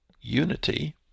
unity